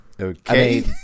Okay